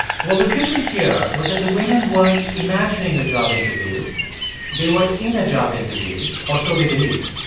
what was different here was that the women weren't imagining a job interview they were in a job interview or so they believed.